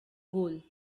goal